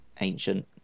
ancient